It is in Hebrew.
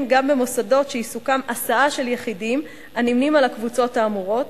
גם במוסדות שעיסוקם הסעה של יחידים הנמנים עם הקבוצות האמורות,